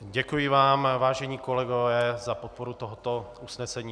Děkuji vám, vážení kolegové, za podporu tohoto usnesení.